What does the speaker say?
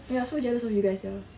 I'm so jealous of you guys sia